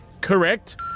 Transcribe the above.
Correct